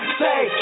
say